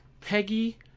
peggy